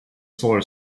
solar